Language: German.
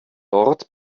dort